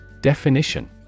Definition